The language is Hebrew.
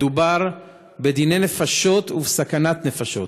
מדובר בדיני נפשות ובסכנת נפשות.